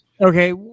Okay